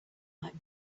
might